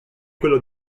quello